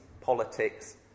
politics